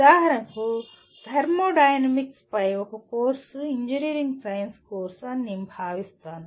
ఉదాహరణకు థర్మోడైనమిక్స్ పై ఒక కోర్సు ఇంజనీరింగ్ సైన్స్ కోర్సు అని నేను భావిస్తాను